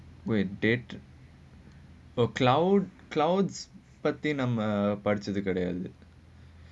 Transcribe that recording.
wait did oh cloud clouds platinum நம்ம படிச்சுட்டு காட்டியது:namma padichittu kaatiyathu